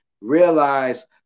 realize